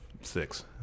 six